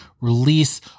release